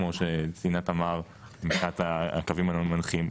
כמו שציינה תמר מבחינת הקווים המנחים,